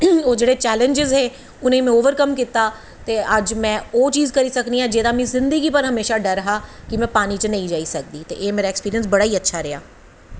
ओह् जेह्ड़े चैलेंजिस हे उनेंगी में ओवरकम कीता ते अज्ज में ओह् चीज़ करी सकनी आं जेह्दा मिगी जिन्दगी भर डर हा कि में पानी च नेई जाई सकदी ते एह् मेरा ऐक्सपिरिंस बड़ा गै अच्चा रेहा